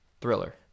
Thriller